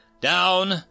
Down